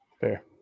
Fair